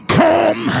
come